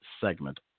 segment